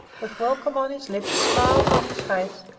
with welcome on his lips, smiles on his face,